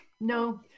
no